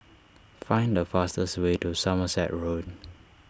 find the fastest way to Somerset Road